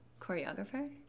choreographer